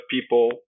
people